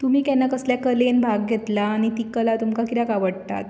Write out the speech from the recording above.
तुमी केन्ना कसल्या कलेन भाग घेतला आनी ती कला तुमकां कित्याक आवडटात